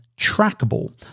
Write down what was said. trackable